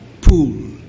pool